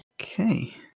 Okay